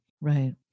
right